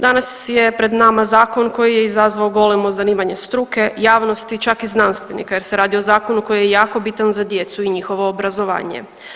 Danas je pred nama zakon koji je izazvao golemo zanimanje struke, javnosti, čak i znanstvenika jer se radi o zakonu koji je jako bitan za djecu i njihovo obrazovanje.